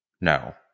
No